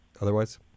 otherwise